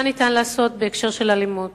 מה ניתן לעשות בהקשר של האלימות?